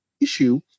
issue